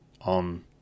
on